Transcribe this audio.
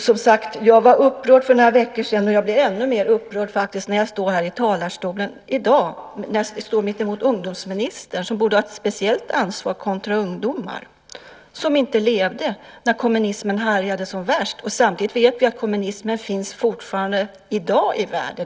Som sagt: Jag var upprörd för några veckor sedan, och jag blir faktiskt ännu mer upprörd när jag i dag står här i talarstolen mittemot ungdomsministern, som borde ha ett speciellt ansvar kontra ungdomar, som inte levde när kommunismen härjade som värst. Samtidigt vet vi att kommunismen finns fortfarande i dag i världen.